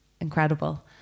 incredible